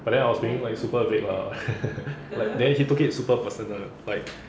but then I was doing like super vague lah then he like took it super personal like